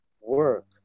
work